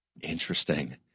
Interesting